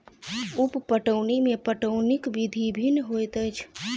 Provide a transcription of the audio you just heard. उप पटौनी मे पटौनीक विधि भिन्न होइत अछि